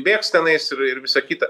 bėgs tenais ir ir visa kita